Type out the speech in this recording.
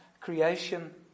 creation